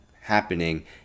happening